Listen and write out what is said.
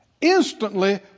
Instantly